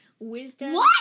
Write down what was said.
Wisdom